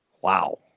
Wow